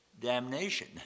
damnation